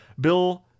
Bill